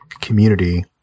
community